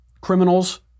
criminals